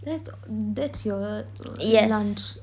that's o~ um that's your uh lunch